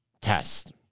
test